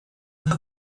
the